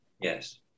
Yes